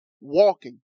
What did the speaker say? walking